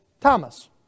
Thomas